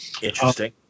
Interesting